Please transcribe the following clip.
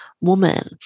woman